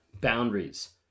boundaries